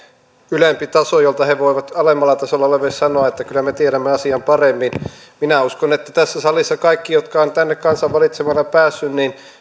ylempi taso jolta he voivat alemmalla tasolla oleville sanoa että kyllä me tiedämme asian paremmin minä uskon että tässä salissa kaikki jotka ovat tänne kansan valitsemina päässeet